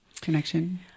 connection